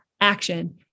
action